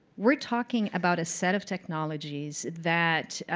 we're talking about a set of technologies that